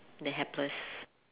the helpless